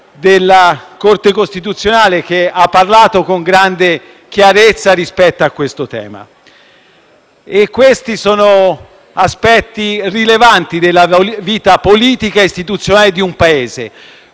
della Corte costituzionale, che si è pronunciata con grande chiarezza sul tema. Questi sono aspetti rilevanti della vita politica e istituzionale di un Paese: